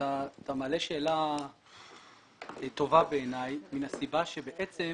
אתה מעלה שאלה טובה בעיני מן הסיבה שבעצם